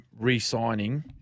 re-signing